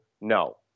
No